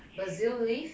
basil leaf